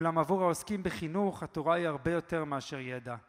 אולם עבור העוסקים בחינוך, התורה היא הרבה יותר מאשר ידע